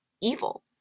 evil